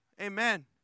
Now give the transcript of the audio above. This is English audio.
Amen